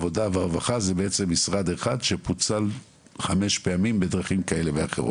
העבודה והרווחה זה בעצם משרד אחד שפוצל חמש פעמים בדרכים כאלו ואחרות?